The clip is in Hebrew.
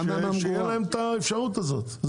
שתהיה להם האפשרות הזאת,